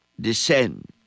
Descend